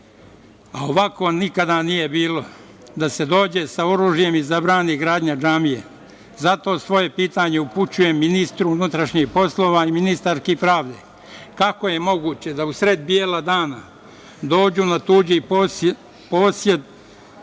Ovako nikada nije bilo, da se dođe sa oružjem i zabrani gradnja džamije. Zato, svoje pitanje upućujem ministru unutrašnjih poslova i ministarki pravde. Kako je moguće da u sred bela dana dođu na tuđi posed